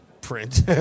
print